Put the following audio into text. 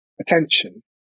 attention